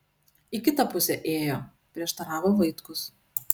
į kitą pusę ėjo prieštaravo vaitkus